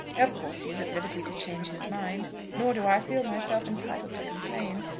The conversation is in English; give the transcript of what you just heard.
of course he is at liberty to change his mind nor do i feel myself entitled to complain.